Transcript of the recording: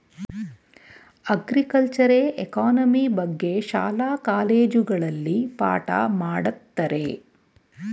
ಅಗ್ರಿಕಲ್ಚರೆ economy ಬಗ್ಗೆ ಶಾಲಾ ಕಾಲೇಜುಗಳಲ್ಲಿ ಪಾಠ ಮಾಡತ್ತರೆ